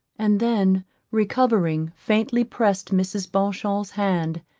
and then recovering, faintly pressed mrs. beauchamp's hand,